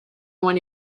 one